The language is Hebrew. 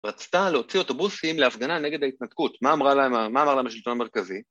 רצתה להוציא אוטובוסים להפגנה נגד ההתנתקות, מה אמרה להם השלטון המרכזי?